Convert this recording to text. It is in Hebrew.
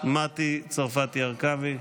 מטי צרפתי הרכבי.